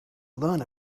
learn